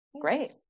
Great